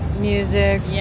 music